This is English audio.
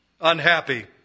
unhappy